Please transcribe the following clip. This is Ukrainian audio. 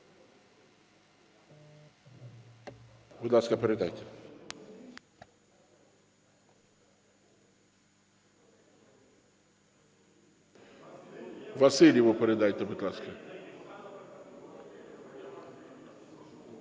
Будь ласка, передайте. Васильєву передайте, будь ласка.